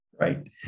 right